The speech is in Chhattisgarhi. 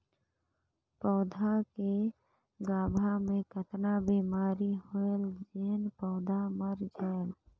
पौधा के गाभा मै कतना बिमारी होयल जोन पौधा मर जायेल?